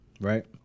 right